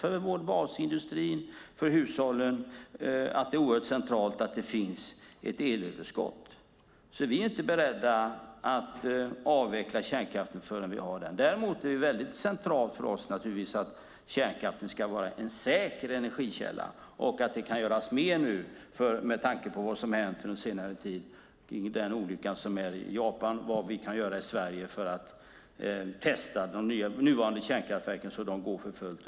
För vår basindustri och för hushållen är det centralt att det finns ett elöverskott. Vi är inte beredda att avveckla kärnkraften förrän vi har det. Däremot är det centralt för oss att kärnkraften ska vara en säker energikälla och att det, med tanke på vad som hänt under senare tid i samband med olyckan i Japan, kan göras mer i Sverige för att testa de nuvarande kärnkraftverken så att de går för fullt.